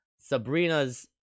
Sabrina's